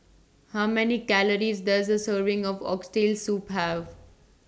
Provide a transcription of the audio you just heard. How Many Calories Does A Serving of Oxtail Soup Have